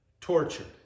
tortured